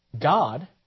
God